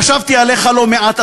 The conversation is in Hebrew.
חשבתי עליך לא מעט,